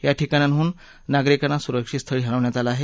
या ठिकाणांडून नागरिकांना सुरक्षित स्थळी हलवण्यात आलं आहे